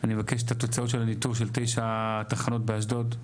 אני מבקש את התוצאות של הניטור של תשע התחנות באשדוד,